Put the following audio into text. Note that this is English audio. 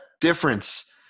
difference